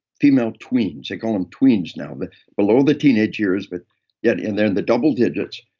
female tweens. they call them tweens now. but below the teenage years, but yeah and they're in the double digits,